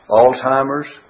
Alzheimer's